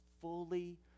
fully